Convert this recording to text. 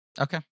Okay